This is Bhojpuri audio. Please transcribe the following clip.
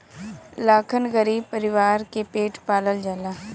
लाखन गरीब परीवार के पेट पालल जाला